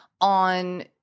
on